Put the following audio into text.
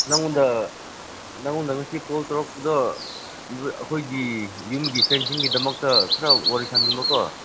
ꯅꯉꯣꯟꯗ ꯅꯉꯣꯟꯗ ꯉꯁꯤ ꯀꯣꯜ ꯇꯧꯔꯛꯄꯗꯣ ꯑꯩꯈꯣꯏꯒꯤ ꯌꯨꯝꯒꯤ ꯐꯦꯟꯁꯤꯡꯒꯤꯗꯃꯛꯇ ꯈꯔ ꯋꯥꯔꯤ ꯁꯥꯅꯤꯡꯕꯀꯣ